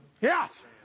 Yes